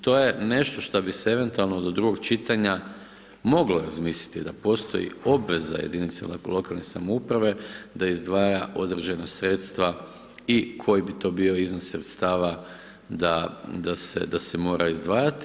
To je nešto što bi se eventualno do drugog čitanja moglo razmisliti da postoji obveza jedinicama lokalne samouprave da izdvaja određena sredstva i koji bi to bio iznos sredstava da se mora izdvajati.